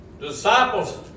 Disciples